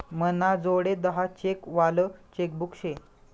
मनाजोडे दहा चेक वालं चेकबुक शे